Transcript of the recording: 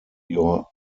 your